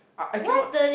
ah I cannot